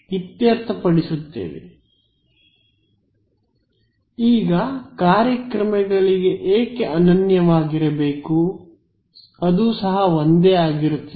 ವಿದ್ಯಾರ್ಥಿ ಸರ್ ಕಾರ್ಯಕ್ರಮಗಳಿಗೆ ಏಕೆ ಅನನ್ಯವಾಗಿರಬೇಕು ಸಹ ಅದು ಒಂದೇ ಆಗಿರುತ್ತದೆ